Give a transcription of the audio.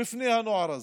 בפני הנוער הזה.